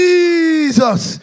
Jesus